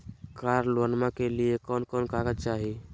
कार लोनमा के लिय कौन कौन कागज चाही?